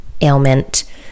ailment